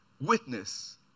witness